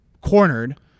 cornered